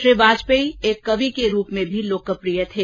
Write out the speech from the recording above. श्री वाजपेयी एक कवि के रूप में भी लोकप्रिय थे